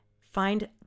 find